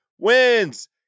wins